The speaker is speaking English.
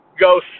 go